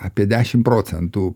apie dešimt procentų